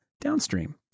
downstream